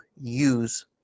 use